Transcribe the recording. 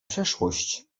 przeszłość